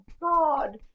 god